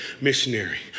missionary